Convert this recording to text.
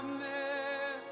Amen